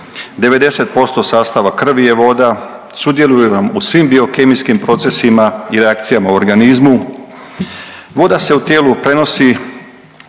90% sastava krvi je voda, sudjeluje vam u svim biokemijskim procesima i reakcijama u organizmu. Voda se u tijelu prenosi